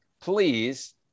Please